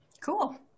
cool